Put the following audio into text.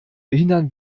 behindern